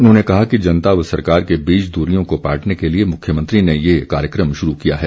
उन्होंने कहा कि जनता व सरकार के बीच दूरियों को पाटने के लिए मुख्यमंत्री ने ये कार्यक्रम शुरू किया है